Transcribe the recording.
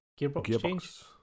gearbox